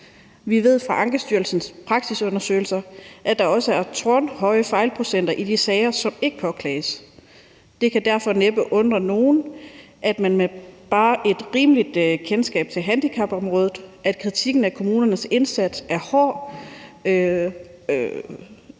Vi ved fra Ankestyrelsens praksisundersøgelser, at der også er tårnhøje fejlprocenter i de sager, som ikke påklages. Det kan derfor næppe undre nogen med bare et rimeligt kendskab til handicapområdet, at kritikken af kommunernes indsats er hård